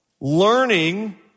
Learning